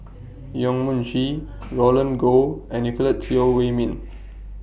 Yong Mun Chee Roland Goh and Nicolette Teo Wei Min